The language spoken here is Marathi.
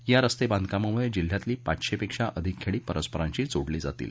या रस्ते बांधकामामुळे जिल्ह्यातली पाचशेपेक्षा अधिक खेडी परस्परांशी जोडली जातील